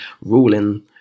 ruling